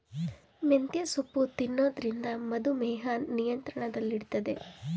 ಮೆಂತ್ಯೆ ಸೊಪ್ಪು ತಿನ್ನೊದ್ರಿಂದ ಮಧುಮೇಹ ನಿಯಂತ್ರಣದಲ್ಲಿಡ್ತದೆ